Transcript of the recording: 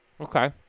Okay